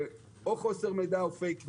או חוסר מידע או פייק ניוז.